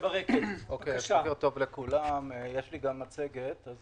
זה יכול לגרום להכנסה יותר גבוהה.